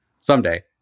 someday